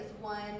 one